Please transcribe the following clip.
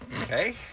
Okay